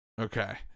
Okay